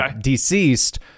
deceased